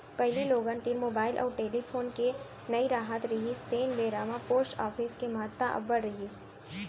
पहिली लोगन तीर मुबाइल अउ टेलीफोन के नइ राहत रिहिस तेन बेरा म पोस्ट ऑफिस के महत्ता अब्बड़ रिहिस